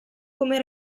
come